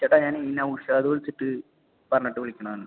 ചേട്ടാ ഞാൻ ഈ നൗഷാദ് വിളിച്ചിട്ട് പറഞ്ഞിട്ട് വിളിക്കുന്നതാണ്